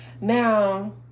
now